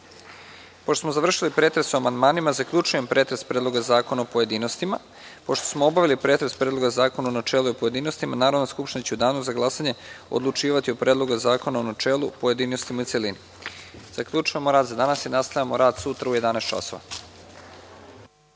Ne. Pošto smo završili pretres o amandmanima, zaključujem pretres Predloga zakona u pojedinostima. Pošto smo obavili pretres Predloga zakona u načelu i u pojedinostima, Narodna skupština će u Danu za glasanje odlučivati o Predlogu zakona u načelu, pojedinostima i u celini. Zaključujemo rad za danas i nastavljamo sutra u 11,00